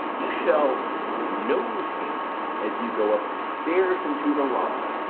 you shall nose him as you go up the stairs into the lobby.